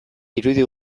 irudi